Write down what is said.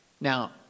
Now